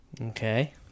Okay